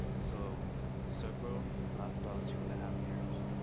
so silk road lasts about two and a half years.